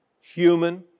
human